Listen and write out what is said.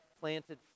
planted